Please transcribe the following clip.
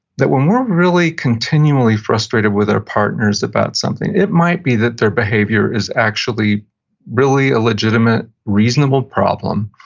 that when we're really continually frustrated with our partners about something, it might be that their behavior is actually really a legitimate reasonable problem,